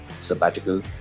sabbatical